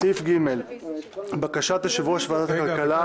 2. בקשת יושב-ראש ועדת הכלכלה